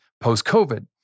post-COVID